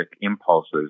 impulses